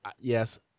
Yes